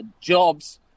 jobs